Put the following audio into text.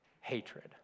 hatred